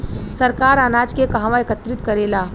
सरकार अनाज के कहवा एकत्रित करेला?